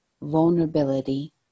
Vulnerability